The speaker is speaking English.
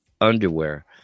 underwear